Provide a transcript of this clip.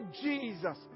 Jesus